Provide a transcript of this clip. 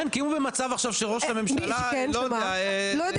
כן, כי הוא במצב עכשיו שראש הממשלה לא יודע מה.